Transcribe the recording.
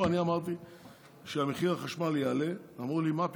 אני אמרתי שמחיר החשמל יעלה, ואמרו לי: מה פתאום,